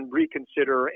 reconsider